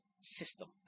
system